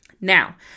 Now